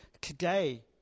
today